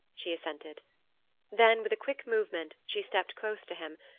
she assented then, with a quick movement, she stepped close to him,